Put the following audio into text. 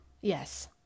Yes